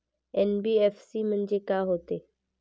NBFC म्हणजे का होते?